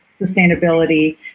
sustainability